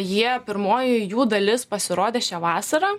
jie pirmoji jų dalis pasirodė šią vasarą